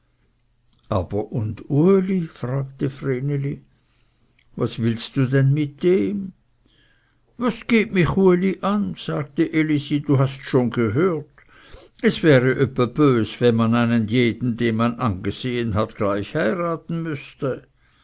aber und uli fragte vreneli was willst du denn mit dem was geht mich uli an sagte elisi du hasts schon gehört es wäre öppe bös wenn man einen jeden den man angesehen hat gleich heiraten müßte